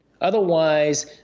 Otherwise